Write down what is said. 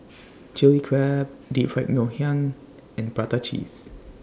Chilli Crab Deep Fried Ngoh Hiang and Prata Cheese